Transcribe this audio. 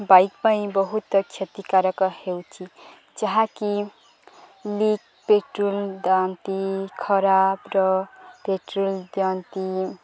bike ପାଇଁ ବହୁତ କ୍ଷତିକାରକ ହେଉଛି ଯାହାକି ଲିକ୍ ପେଟ୍ରୋଲ ଦିଅନ୍ତି ଖରାପର ପେଟ୍ରୋଲ ଦିଅନ୍ତି